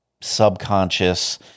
subconscious